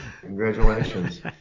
Congratulations